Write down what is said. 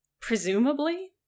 Presumably